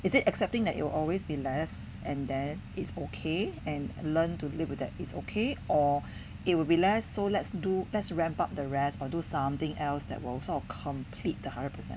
is it accepting that you will always be less and then it's okay and learn to live with that it's okay or it will be less so let's do let's ramp up the rest or do something else that will sort of complete the hundred percent